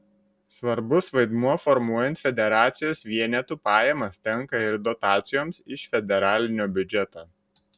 svarbus vaidmuo formuojant federacijos vienetų pajamas tenka ir dotacijoms iš federalinio biudžeto